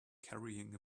carrying